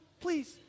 please